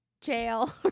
jail